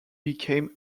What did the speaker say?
became